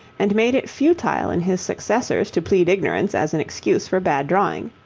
and made it futile in his successors to plead ignorance as an excuse for bad drawing.